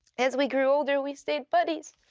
as we grew older, we stayed buddies.